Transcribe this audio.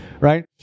right